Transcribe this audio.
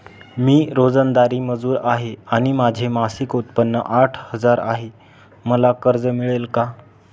मी रोजंदारी मजूर आहे आणि माझे मासिक उत्त्पन्न आठ हजार आहे, मला कर्ज मिळेल का?